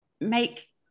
make